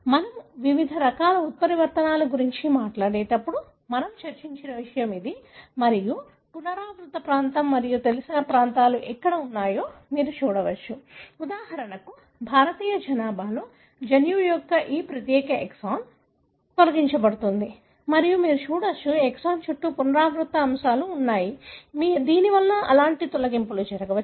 మనము వివిధ రకాల ఉత్పరివర్తనాల గురించి మాట్లాడుతున్నప్పుడు మనము చర్చించిన విషయం ఇది మరియు పునరావృత ప్రాంతం మరియు తెలిసిన ప్రాంతాలు ఎక్కడ ఉన్నాయో మీరు చూడవచ్చు ఉదాహరణకు భారతీయ జనాభాలో జన్యువు యొక్క ఈ ప్రత్యేక ఎక్సాన్ తొలగించబడుతుంది మరియు మీరు చూడవచ్చు ఈ ఎక్సాన్ చుట్టూ పునరావృత అంశాలు ఉన్నాయి దీని వలన అలాంటి తొలగింపులు జరగవచ్చు